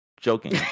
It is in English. joking